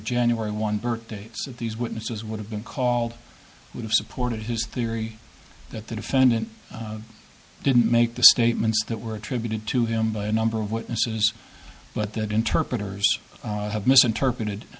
january one birthdates of these witnesses would have been called would have supported his theory that the defendant didn't make the statements that were attributed to him by a number of witnesses but that interpreters have misinterpreted